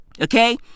okay